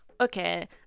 Okay